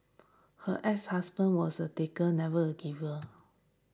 her exhusband was a taker never a giver